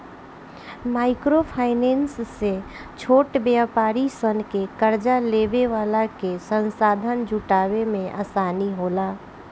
micro finance से छोट व्यापारी सन के कार्जा लेवे वाला के संसाधन जुटावे में आसानी होला